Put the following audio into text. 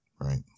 Right